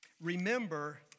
Remember